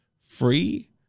free